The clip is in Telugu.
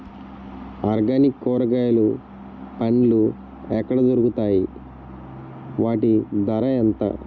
ఆర్గనిక్ కూరగాయలు పండ్లు ఎక్కడ దొరుకుతాయి? వాటి ధర ఎంత?